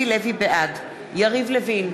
בעד יריב לוין,